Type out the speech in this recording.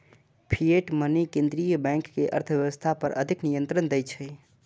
fiat money केंद्रीय bank कें अर्थव्यवस्था पर अधिक नियंत्रण दै छै